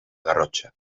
garrotxa